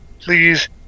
please